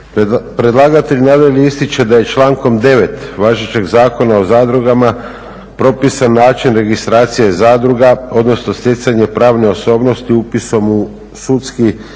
Predlagatelj nadalje ističe da je člankom 9. važećeg Zakona o zadrugama propisan način registracije zadruga, odnosno stjecanje pravne osobnosti upisom u sudski